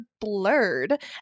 blurred